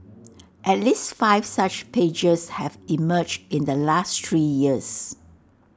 at least five such pages have emerged in the last three years